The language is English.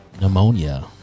Pneumonia